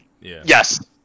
Yes